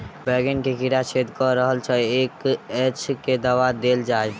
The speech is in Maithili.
बैंगन मे कीड़ा छेद कऽ रहल एछ केँ दवा देल जाएँ?